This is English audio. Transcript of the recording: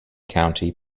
county